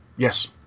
Yes